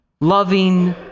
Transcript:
loving